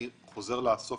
אני חוזר לסוף